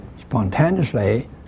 spontaneously